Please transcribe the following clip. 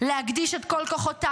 גם להקדיש את כל כוחותיי,